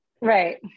Right